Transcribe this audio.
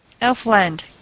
Elfland